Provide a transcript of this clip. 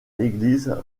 l’église